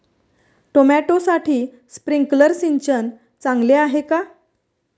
टोमॅटोसाठी स्प्रिंकलर सिंचन चांगले आहे का?